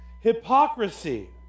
hypocrisy